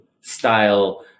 style